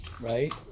right